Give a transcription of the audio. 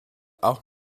auch